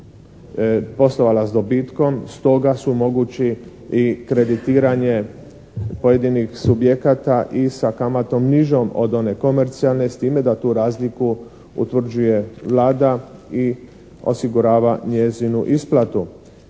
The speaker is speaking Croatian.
poslovala s dobitkom, stoga su mogući i kreditiranje pojedinih subjekata i sa kamatom nižom od one komercijalne s time da tu razliku utvrđuje Vlada i osigurava njezinu isplatu.